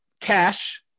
Cash